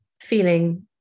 feeling